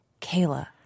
Kayla